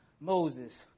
Moses